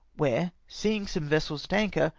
where seeing some vessels at anchor,